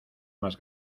más